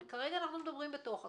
אבל כרגע אנחנו מדברים בתוך הקו.